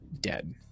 dead